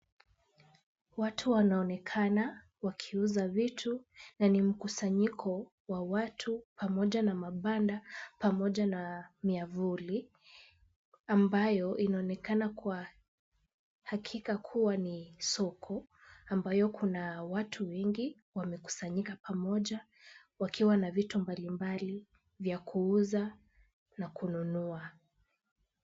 Watu wanaonekana wakiuza vitu na ni mkusanyiko wa watu pamoja na mabanda pamoja na miavuli, ambayo inaonekana kwa hakika kuwa ni soko ambayo kuna watu wengi wamekusanyika pamoja, wakiwa na vitu mbali mbali vya kuuza na kununua.